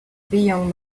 beyond